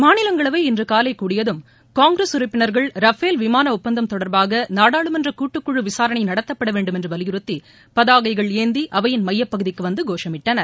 மாநிலங்களவை இன்று காலை கூடியதும் காங்கிரஸ் உறுப்பினர்கள் ரஃபேல் விமான ஒப்பந்தம் தொடர்பாக நாடாளுமன்ற கூட்டுக்குழு விசாரணை நடத்தப்பட வேண்டும் என்று வலியுறுத்தி பதாகைகளை ஏந்தி அவையின் மையப் பகுதிக்கு வந்து கோஷமிட்டனர்